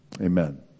Amen